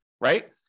right